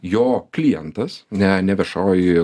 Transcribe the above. jo klientas ne ne viešoji